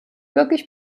wirklich